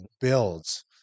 builds